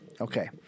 Okay